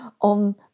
on